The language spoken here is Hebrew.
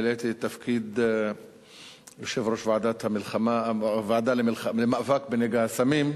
מילאתי תפקיד יושב-ראש הוועדה למאבק בנגע הסמים,